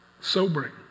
sobering